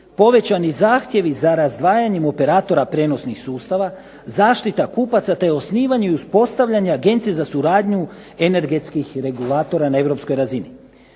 povećani zahtjevi za razdvajanjem operatora prijenosnih sustava, zaštita kupaca te osnivanje i uspostavljanje Agencije za suradnju energetskih regulatora na europskoj razini.